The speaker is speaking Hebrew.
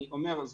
אני אומר,